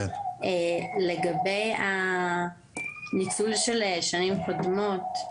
לגבי ניצול של השנים הקודמות,